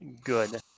Good